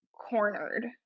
cornered